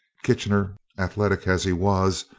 kitchener, athletic as he was,